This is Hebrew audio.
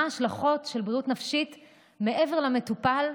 מה ההשלכות של בריאות נפשית מעבר למטופל,